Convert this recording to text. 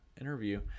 interview